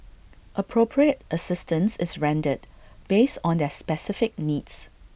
appropriate assistance is rendered based on their specific needs